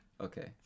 Okay